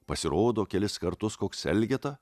pasirodo kelis kartus koks elgeta